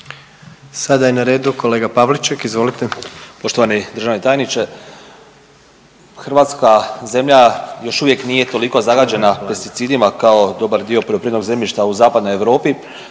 Marijan (Hrvatski suverenisti)** Poštovani državni tajniče, hrvatska zemlja još uvijek nije toliko zagađena pesticidima kao dobar dio poljoprivrednog zemljišta u zapadnoj Europi.